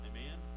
Amen